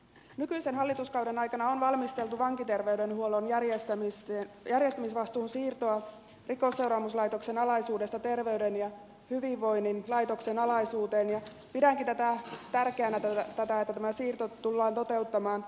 nykyisen hallituskauden aikana on valmisteltu vankiterveydenhuollon järjestämisvastuun siirtoa rikosseuraamuslaitoksen alaisuudesta terveyden ja hyvinvoinnin laitoksen alaisuuteen ja pidänkin tärkeänä tätä että tämä siirto tullaan toteuttamaan